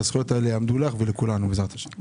הזכויות האלה יעמדו לך ולכולנו בעזרת השם.